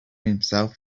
himself